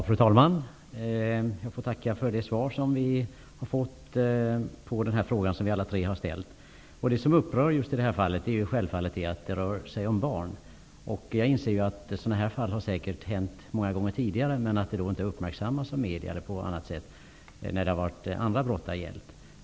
Fru talman! Jag tackar för det svar som vi har fått på den fråga som vi alla tre har ställt. Det som upprör i just det här fallet är självfallet att det rör sig om barn. Jag inser att sådana här fall säkert har inträffat många gånger tidigare, men att det när det har gällt andra brott inte har uppmärksammats av medierna.